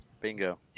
bingo